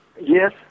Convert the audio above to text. Yes